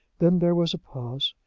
then there was a pause.